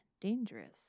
dangerous